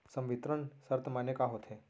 संवितरण शर्त माने का होथे?